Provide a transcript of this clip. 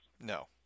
No